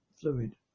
fluid